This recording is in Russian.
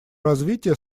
развитие